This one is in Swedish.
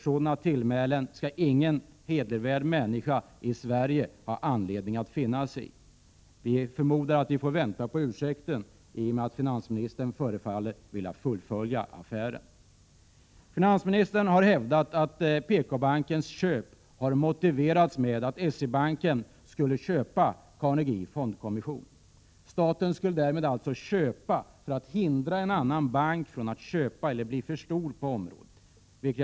Sådana tillmälen skall ingen hedervärd människa i Sverige ha anledning att finna sig i. Jag förmodar att vi får vänta på ursäkten, eftersom finansministern förefaller vilja fullfölja affären. Finansministern har hävdat att PKbankens köp motiverades med att S-E-Banken skulle köpa Carnegie Fondkommission. Staten skulle alltså köpa för att hindra en annan bank från att göra det eller för att hindra en annan bank från att bli för stor på området.